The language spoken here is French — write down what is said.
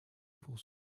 pour